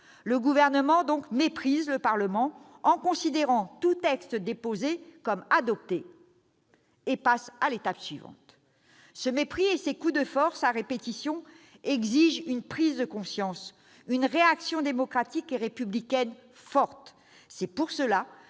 Le Gouvernement méprise le Parlement en considérant tout texte déposé comme adopté et passe à l'étape suivante. Ce mépris et ces coups de force à répétition exigent une prise de conscience, une réaction démocratique et républicaine forte. C'est pour cela